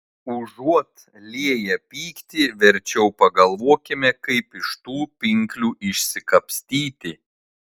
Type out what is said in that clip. užuot lieję pyktį verčiau pagalvokime kaip iš tų pinklių išsikapstyti